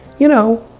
you know,